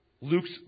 Luke's